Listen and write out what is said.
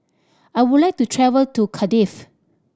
I would like to travel to Cardiff